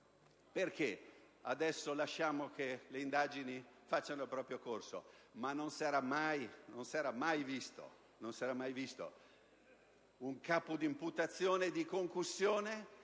Ora lasciamo che le indagini facciano il proprio corso, ma non si era mai visto un capo d'imputazione di concussione